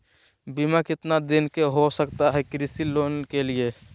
बीमा कितना के हो सकता है कृषि लोन के लिए?